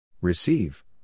Receive